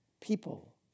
people